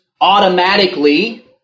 automatically